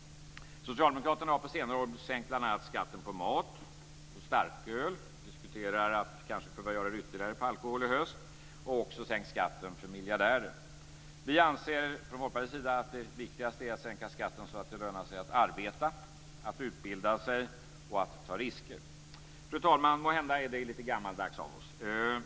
Socialdemokraterna har på senare år sänkt skatten på bl.a. mat och starköl - och diskuterar att kanske behöva göra det ytterligare på alkohol i höst - och också sänkt skatten för miljardärer. Vi anser från Folkpartiets sida att det viktigaste är att sänka skatten så att det lönar sig att arbeta, att utbilda sig och att ta risker. Fru talman! Måhända är det lite gammaldags av oss.